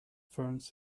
ferns